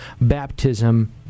baptism